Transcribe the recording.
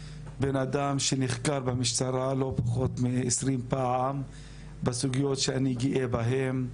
בתור אדם שנחקר במשטרה לא פחות מ-20 פעם בסוגיות שאני גאה בהם,